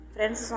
Friends